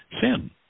sin